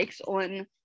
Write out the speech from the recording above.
on